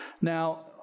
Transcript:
Now